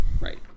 Right